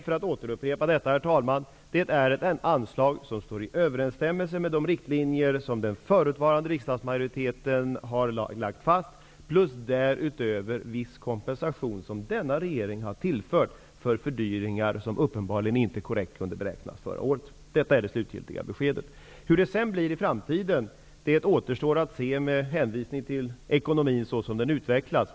För att återupprepa vad jag sagt, herr talman, är det här ett anslag som står i överensstämmelse med de riktlinjer som den förutvarande riksdagsmajoriteten har lagt fast plus viss kompensation som denna regering har tillfört för fördyringar som uppenbarligen inte korrekt kunde beräknas förra året. Detta är det slutgiltiga beskedet. Hur det blir i framtiden återstår att se, med hänvisning till ekonomin såsom denna utvecklas.